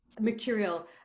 mercurial